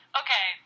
okay